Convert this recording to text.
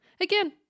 again